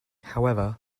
however